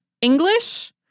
English